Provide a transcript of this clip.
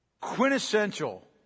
quintessential